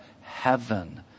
heaven